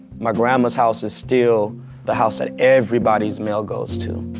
my grandma's house is still the house that everybody's mail goes to.